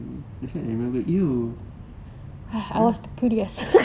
I feel like remember !eww! I